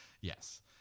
Yes